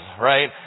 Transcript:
right